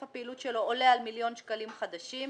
הפעילות שלו עולה על מיליון שקלים חדשים,